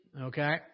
Okay